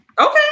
Okay